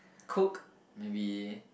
cook maybe